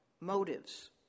motives